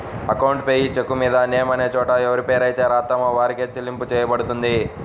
account payee చెక్కుమీద name అనే చోట ఎవరిపేరైతే రాత్తామో వారికే చెల్లింపు చెయ్యబడుతుంది